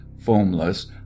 foamless